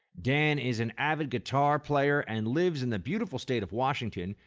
dan is an avid guitar player and lives in the beautiful state of washington.